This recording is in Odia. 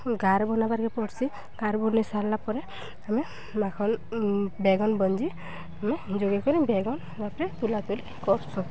ଗାର୍ ବନାବାର୍କେ ପଡ଼୍ସି ଗାର୍ ବନେଇ ସାରିଲା ପରେ ଆମେ ମାଖନ୍ ବେଗନ୍ ବଞ୍ଜି ଆମେ ଯୋଗେଇ କରି ବେଗନ୍ ରପରେ ତୁଲା ତୁଲି କର୍ସୁଁ